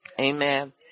Amen